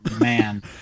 man